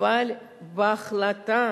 אבל בהחלטה